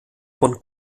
von